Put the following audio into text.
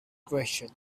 question